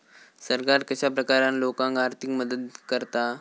सरकार कश्या प्रकारान लोकांक आर्थिक मदत करता?